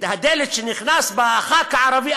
והדלת שנכנס בה חבר הכנסת הערבי,